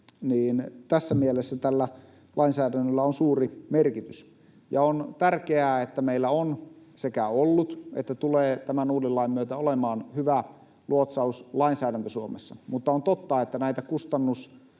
ja tässä mielessä tällä lainsäädännöllä on suuri merkitys. On tärkeää, että meillä on sekä ollut että tulee tämän uuden lain myötä olemaan hyvä luotsauslainsäädäntö Suomessa. Mutta on totta, että näitä